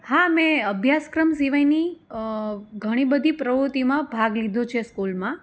હા મેં અભ્યાસક્રમ સિવાયની ઘણી બધી પ્રવૃત્તિમાં ભાગ લીધો છે સ્કૂલમાં